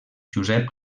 josep